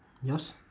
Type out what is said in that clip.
yours